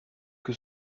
que